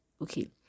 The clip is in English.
Okay